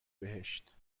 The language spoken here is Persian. بهشت